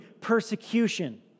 persecution